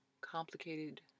complicated